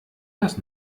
das